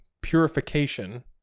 purification